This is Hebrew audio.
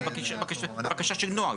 זו בקשה של נוהל.